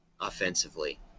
Offensively